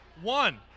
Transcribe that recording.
One